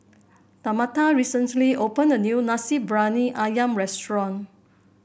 Tamatha recently opened a new Nasi Briyani ayam restaurant